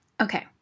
Okay